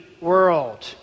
world